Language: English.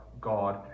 God